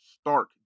stark